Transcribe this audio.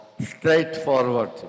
straightforward